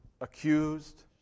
Accused